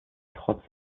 trotz